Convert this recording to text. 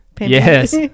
Yes